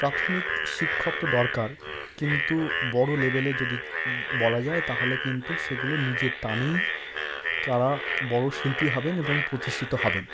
প্রাথমিক শিক্ষক তো দরকার কিন্তু বড় লেভেলে যদি বলা যায় তাহলে কিন্তু সেগুলো নিজের টানেই তারা বড়ো শিল্পী হবেন এবং প্রতিষ্ঠিত হবেন